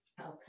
Okay